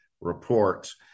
reports